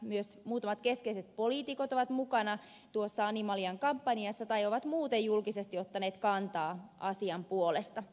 myös muutamat keskeiset poliitikot ovat mukana tuossa animalian kampanjassa tai ovat muuten julkisesti ottaneet kantaa asian puolesta